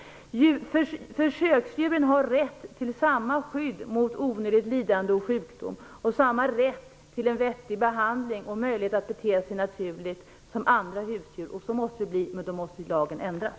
Försöksdjuren har rätt till samma skydd mot onödigt lidande och sjukdom och samma rätt till en vettig behandling och möjlighet att bete sig naturligt som andra husdjur. Så måste det bli, men då måste lagen ändras.